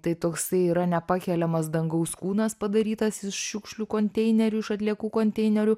tai toksai yra nepakeliamas dangaus kūnas padarytas iš šiukšlių konteinerių iš atliekų konteinerių